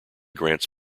grants